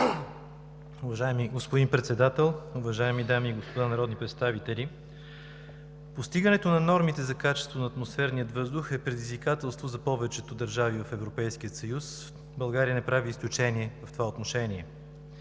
Уважаеми господин Председател, уважаеми дами и господа народни представители! Постигането на нормите за качество на атмосферния въздух е предизвикателство за повечето държави в Европейския съюз. България не прави изключение в това отношение.